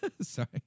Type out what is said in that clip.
Sorry